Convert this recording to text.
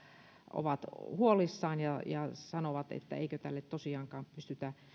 ovat huolissaan ja ja sanovat että eikö tälle tosiaankaan pystytä